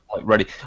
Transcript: ready